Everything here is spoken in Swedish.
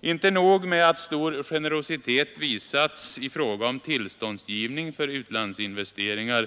Inte nog med att stor generositet visats i fråga om tillståndsgivning för utlandsinvesteringar.